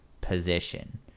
position